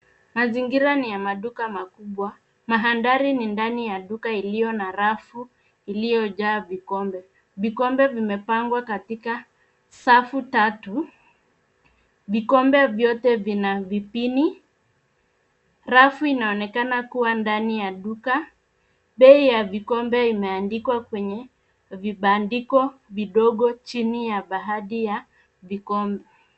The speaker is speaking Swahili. Mazingira ni ya maduka makubwa. Mandhari ni ndani ya duka iliyo na rafu iliyojaa vikombe. Vikombe vimepangwa katika safu tatu. Vikombe vyote vina vipini, rafu inaonekana kuwa ndani ya duka. Bei ya vikombe imeandikwa kwenye vibandiko vidogo, chini ya baadhi ya vikombe.